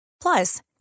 Plus